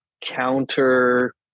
counter